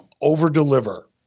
over-deliver